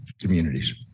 communities